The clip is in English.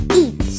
eat